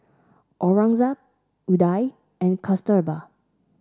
Aurangzeb Udai and Kasturba